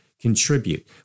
contribute